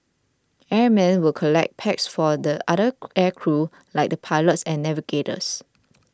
airmen would collect packs for the other air crew like the pilot and navigators